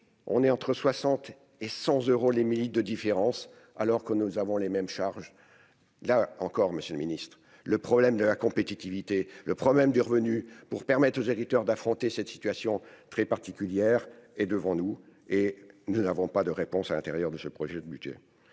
on est entre 60 et 100 euros les de différence alors que nous avons les mêmes charges, là encore, Monsieur le Ministre, le problème de la compétitivité, le problème du revenu pour permettre aux éditeurs d'affronter cette situation très particulière et devant nous et nous n'avons pas de réponse à l'intérieur de ce projet de budget